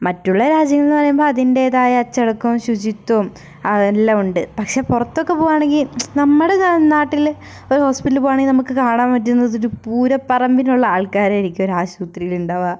മറ്റുള്ള രാജ്യങ്ങൾ എന്ന് പറയുമ്പോൾ അതിന്റേതായ അച്ചടക്കവും ശുചിത്വവും അതെല്ലാം ഉണ്ട് പക്ഷേ പുറത്തൊക്കെ പോവാണെങ്കിൽ നമ്മുടെ നാ നാട്ടിൽ ഒരു ഹോസ്പിറ്റലിൽ പോകുവാണെങ്കിൽ നമുക്ക് കാണാൻ പറ്റുന്നത് ഒരു പൂര പറമ്പിനുള്ള ആൾക്കാരായിരിക്കും ഒരു ആശുപത്രിയിൽ ഉണ്ടാവുക